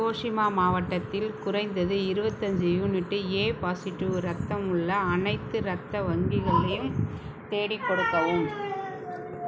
கோஹிமா மாவட்டத்தில் குறைந்தது இருபத்தஞ்சி யூனிட்டு ஏ பாசிட்டிவ் இரத்தம் உள்ள அனைத்து இரத்த வங்கிகளையும் தேடிக் கொடுக்கவும்